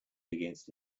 against